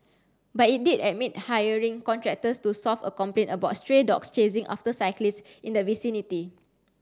but it did admit hiring contractors to solve a complaint about stray dogs chasing after cyclists in the vicinity